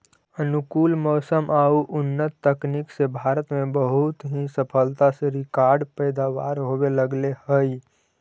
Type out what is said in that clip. अनुकूल मौसम आउ उन्नत तकनीक से भारत में बहुत ही सफलता से रिकार्ड पैदावार होवे लगले हइ